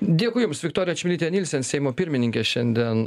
dėkui jums viktorija čmilytė nylsen seimo pirmininkė šiandien